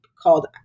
called